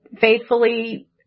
faithfully